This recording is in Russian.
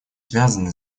связаны